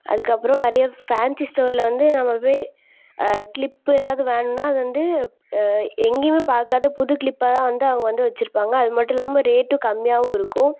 அதுக்கு அப்புறம் நிறைய ஃபேன்சி ஸ்டோரில் வந்து நம்ம போய் க்ளிப்பு எதாவது வேணும்ன்னா அது வந்து எங்கேயுமே பார்க்காத புது க்ளிப்பாகதான் வந்து அவங்க வந்து வச்சிருப்பாங்க அது மட்டும் இல்லாமல் ரேட்டு கம்மியாகவும் இருக்கும்